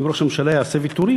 ואם ראש הממשלה יעשה ויתורים,